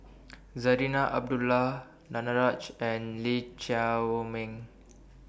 Zarinah Abdullah Danaraj and Lee Chiaw Meng